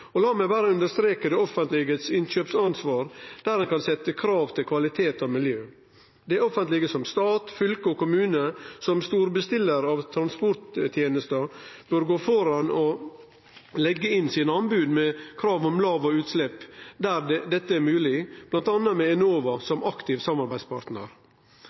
meg berre understreke det offentleges innkjøpsansvar, der ein kan setje krav til kvalitet og miljø. Det offentlege – stat, fylke og kommunar – som storbestillar av transporttenester, bør gå føre og leggje inn i sine anbod krav om låg- og nullutslepp der det er mogleg, bl.a. med Enova som aktiv samarbeidspartnar.